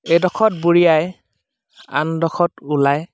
এডোখৰত বুৰিয়াই আনডোখৰত ওলাই